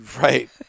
Right